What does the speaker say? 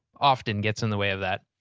often gets in the way of that,